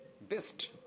best